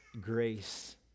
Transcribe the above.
grace